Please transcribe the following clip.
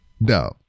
no